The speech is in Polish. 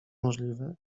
możliwe